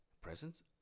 presents